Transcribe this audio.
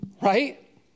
right